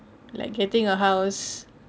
like getting a house